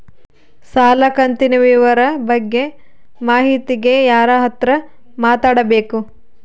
ಸಾಲ ಕಂತಿನ ವಿವರ ಬಗ್ಗೆ ಮಾಹಿತಿಗೆ ಯಾರ ಹತ್ರ ಮಾತಾಡಬೇಕು?